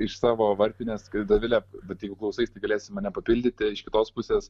iš savo varpinės kai dovilė bet jeigu klausais tai galėsi mane papildyti iš kitos pusės